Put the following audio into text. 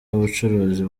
ubucuruzi